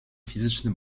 fizyczny